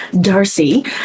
Darcy